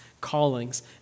callings